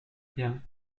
bien